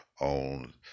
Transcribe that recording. on